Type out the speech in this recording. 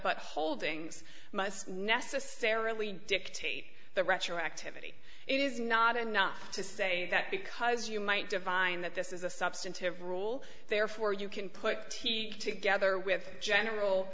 but holdings must necessarily dictate the retroactivity it is not enough to say that because you might divine that this is a substantive rule therefore you can put together with general